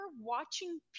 watching